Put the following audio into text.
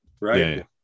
right